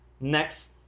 Next